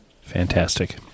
Fantastic